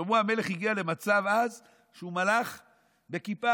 שלמה המלך הגיע למצב אז שהוא מלך בכיפה,